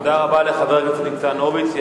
תודה רבה לחבר הכנסת ניצן הורוביץ.